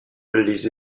les